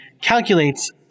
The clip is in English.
calculates